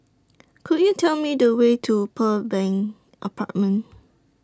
Could YOU Tell Me The Way to Pearl Bank Apartment